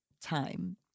time